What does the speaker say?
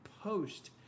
post